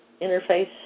interface